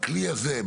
בכלי הזה,